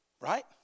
Right